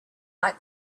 like